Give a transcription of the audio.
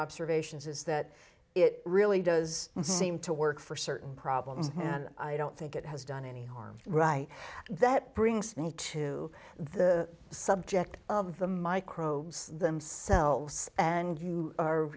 observations is that it really does seem to work for certain problems and i don't think it has done any harm right that brings me to the subject of the microbes themselves and you are